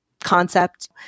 Concept